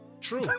True